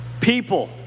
people